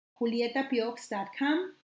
JulietaPiox.com